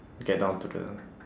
get down to the